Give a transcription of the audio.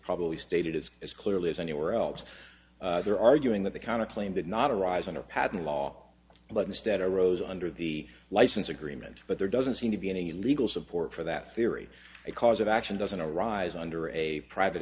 probably stated it as clearly as anywhere else they're arguing that the kind of claim did not arise under patent law but instead arose under the license agreement but there doesn't seem to be any legal support for that theory a cause of action doesn't arise under a private